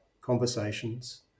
conversations